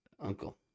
uncle